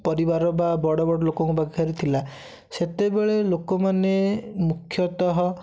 ପରିବାର ବା ବଡ଼ବଡ଼ ଲୋକଙ୍କ ପାଖରେ ଥିଲା ସେତେବେଳେ ଲୋକମାନେ ମୁଖ୍ୟତଃ